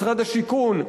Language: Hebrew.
משרד השיכון,